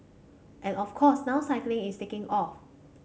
and of course now cycling is taking off